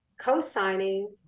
co-signing